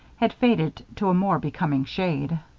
had faded to a more becoming shade.